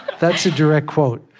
that's a direct quote.